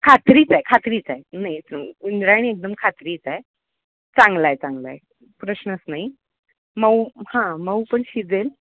खात्रीचा आहे खात्रीचा आहे नाही इंद्रायणी एकदम खात्रीचा आहे चांगला आहे चांगला आहे प्रश्नच नाही मऊ हां मऊ पण शिजेल